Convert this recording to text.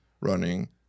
running